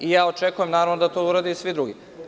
Ja očekujem, naravno, da to urade i svi drugi.